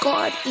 God